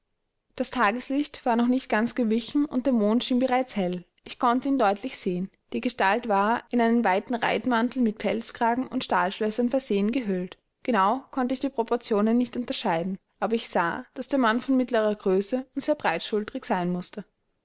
das tageslicht war noch nicht ganz gewichen und der mond schien bereits hell ich konnte ihn deutlich sehen die gestalt war in einen weiten reitmantel mit pelzkragen und stahlschlössern versehen gehüllt genau konnte ich die proportionen nicht unterscheiden aber ich sah daß der mann von mittlerer größe und sehr breitschulterig sein mußte